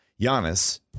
Giannis